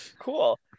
Cool